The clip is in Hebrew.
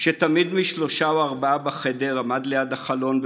שתמיד משלושה או ארבעה בחדר עמד ליד החלון /